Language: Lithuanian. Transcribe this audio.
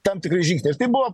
tam tikrais žingsniais tai buvo